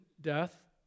death